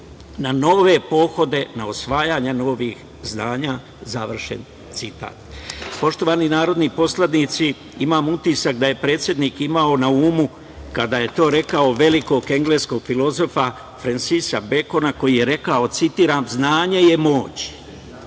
na nove pohode, na osvajanja novih znanja. Završen citat. Poštovani narodni poslanici, imam utisak da je predsednik imao na umu, kada je to rekao, velikog engleskog filozofa Frensisa Bekona, koji je rekao, citiram: „Znanje je moć,